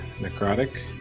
Necrotic